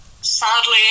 sadly